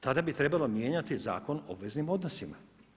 Tada bi trebalo mijenjati Zakon o obveznim odnosima.